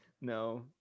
No